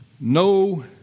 no